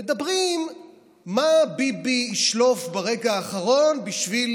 מדברים מה ביבי ישלוף ברגע האחרון בשביל